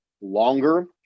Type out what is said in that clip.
longer